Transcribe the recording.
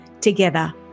Together